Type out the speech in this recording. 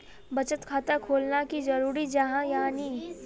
बचत खाता खोलना की जरूरी जाहा या नी?